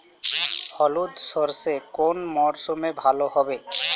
হলুদ সর্ষে কোন মরশুমে ভালো হবে?